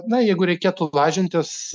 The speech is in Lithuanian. na jeigu reikėtų lažintis